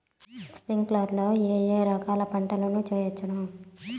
స్ప్రింక్లర్లు లో ఏ ఏ రకాల పంటల ను చేయవచ్చును?